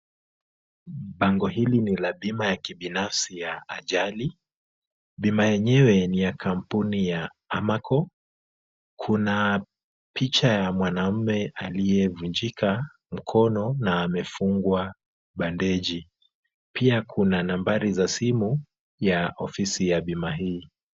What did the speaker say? Bango hili ni la bima ya kibinafsi ya ajali. Bima yenyewe ni ya kampuni ya Amaco. Kuna picha ya mwanaume aliyevunjika mkono na amefungwa bandeji. Pia kuna nambari za simu ya ofisi ya bima hii.